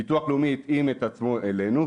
ביטוח לאומי התאים את עצמו אלינו,